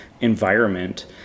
environment